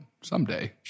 someday